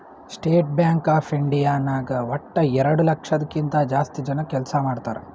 state Bank of India ನಾಗ್ ವಟ್ಟ ಎರಡು ಲಕ್ಷದ್ ಕಿಂತಾ ಜಾಸ್ತಿ ಜನ ಕೆಲ್ಸಾ ಮಾಡ್ತಾರ್